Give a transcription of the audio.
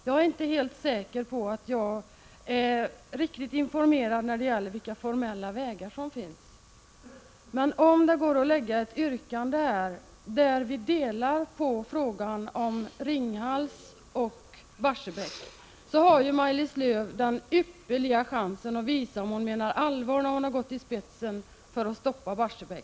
Jag är visserligen inte riktigt säker på att jag är rätt informerad om vilka formella vägar som finns, men om vi skulle kunna framställa ett yrkande där frågorna om Ringhals och Barsebäck skildes, kunde Maj-Lis Lööw få en ypperlig chans att visa om hon menat allvar när hon gått i spetsen för att stoppa Barsebäck.